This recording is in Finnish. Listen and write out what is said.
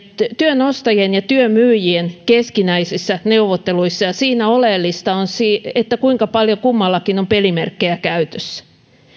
työn ostajien ja työn myyjien keskinäisissä neuvotteluissa ja siinä oleellista on kuinka paljon kummallakin on pelimerkkejä käytössä